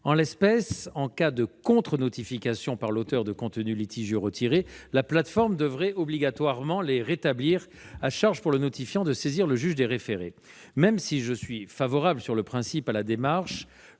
En l'espèce, en cas de contre-notification par l'auteur de contenus litigieux retirés, la plateforme devrait obligatoirement les rétablir, à charge pour le notifiant de saisir le juge des référés. Même si je suis favorable sur le principe à la démarche,